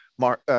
Mark